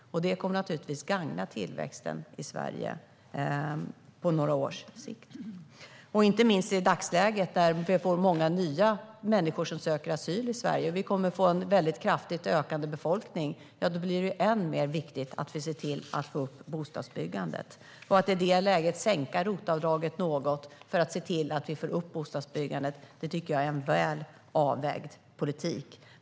Det kommer naturligtvis att gagna tillväxten i Sverige på några års sikt och inte minst i dagsläget då vi får många nya människor som söker asyl i Sverige. Vi kommer att få en väldigt kraftigt ökande befolkning, och då blir det än mer viktigt att vi får upp bostadsbyggandet. Att i det läget sänka ROT-avdraget något för att se till att vi får upp bostadsbyggandet tycker jag är en väl avvägd politik.